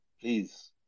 please